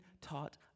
taught